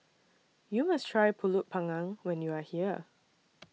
YOU must Try Pulut Panggang when YOU Are here